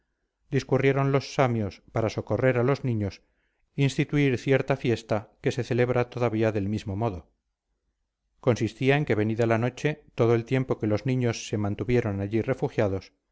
discurrieron los samios para socorrer a los niños instituir cierta fiesta que se celebra todavía del mismo modo consistía en que venida la noche todo el tiempo que los niños se mantuvieron allí refugiados